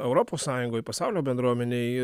europos sąjungoj pasaulio bendruomenėj